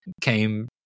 came